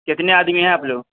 کتنے آدمی ہیں آپ لوگ